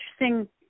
interesting